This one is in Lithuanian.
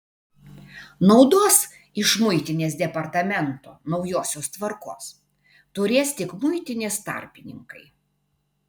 naudos iš muitinės departamento naujosios tvarkos turės tik muitinės tarpininkai